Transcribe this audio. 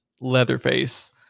Leatherface